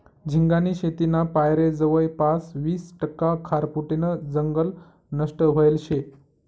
झिंगानी शेतीना पायरे जवयपास वीस टक्का खारफुटीनं जंगल नष्ट व्हयेल शे